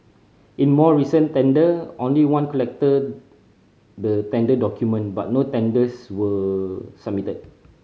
in more recent tender only one collected the tender document but no tenders were submitted